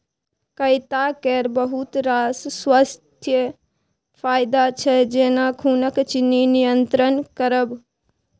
कैता केर बहुत रास स्वास्थ्य फाएदा छै जेना खुनक चिन्नी नियंत्रण करब